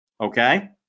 okay